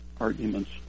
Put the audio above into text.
arguments